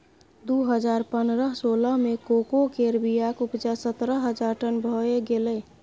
दु हजार पनरह सोलह मे कोको केर बीयाक उपजा सतरह हजार टन भए गेलै